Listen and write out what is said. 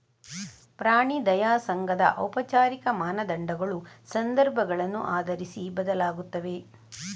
ಪ್ರಾಣಿ ದಯಾ ಸಂಘದ ಔಪಚಾರಿಕ ಮಾನದಂಡಗಳು ಸಂದರ್ಭಗಳನ್ನು ಆಧರಿಸಿ ಬದಲಾಗುತ್ತವೆ